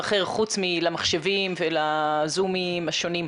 אנחנו לומדים המון מכל הדברים האלה ואנחנו מנסים,